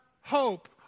hope